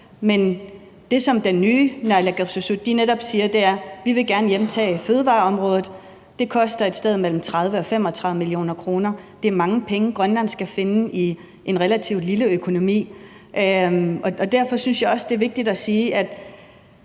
Men det, som den nye naalakkersuisut netop siger, er: Vi vil gerne hjemtage fødevareområdet. Det koster et sted mellem 30 og 35 mio. kr. Det er mange penge, Grønland skal finde i en relativt lille økonomi, og derfor synes jeg også, det er vigtigt at sige, at